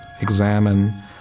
examine